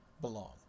belong